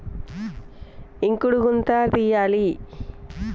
నీరు అధికంగా పేరుకుపోకుండా ఉండటానికి ఏం చేయాలి?